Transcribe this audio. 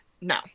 No